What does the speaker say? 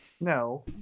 No